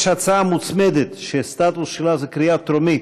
יש הצעה מוצמדת, שהסטטוס שלה זה קריאה טרומית.